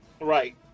Right